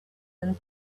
and